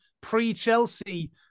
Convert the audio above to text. pre-Chelsea